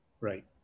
Right